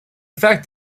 fact